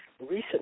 recent